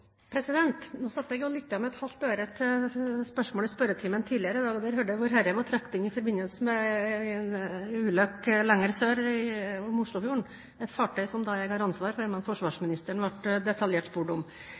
satt og lyttet med et halvt øre til et spørsmål i spørretimen tidligere i dag, og der hørte jeg at Vårherre ble trukket inn i forbindelse med en ulykke lenger sør, i Oslofjorden, som gjaldt et fartøy jeg har ansvaret for, men som forsvarsministeren ble spurt detaljert om.